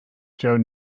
joe